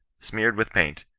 smeared with paint,